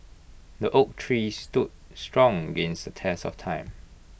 the oak tree stood strong against the test of time